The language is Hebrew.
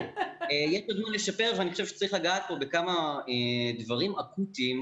יש עוד מה לשפר ואני חושב שצריך לגעת פה בכמה דברים אקוטיים,